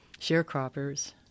sharecroppers